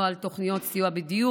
לא על תוכניות סיוע בדיור,